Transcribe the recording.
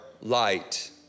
light